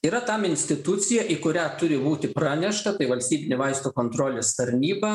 yra tam institucija į kurią turi būti pranešta tai valstybinė vaistų kontrolės tarnyba